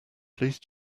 please